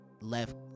left